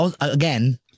again